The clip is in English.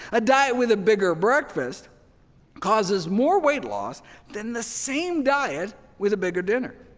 a diet with a bigger breakfast causes more weight loss than the same diet with a bigger dinner.